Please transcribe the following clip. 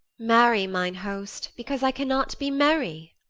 marry, mine host, because i cannot be merry.